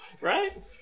Right